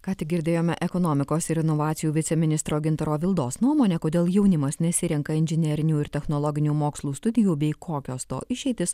ką tik girdėjome ekonomikos ir inovacijų viceministro gintaro vildos nuomonę kodėl jaunimas nesirenka inžinerinių ir technologinių mokslų studijų bei kokios to išeitys